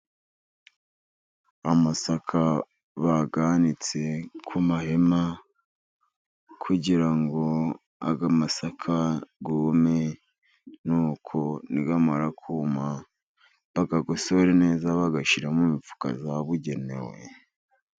Amasaka bayanitse ku mahema kugira ngo aya amasaka yume, nuko namara kuma bayagosore neza bayashyira mu mifuka yabugenewe.